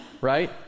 right